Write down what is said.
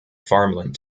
farmland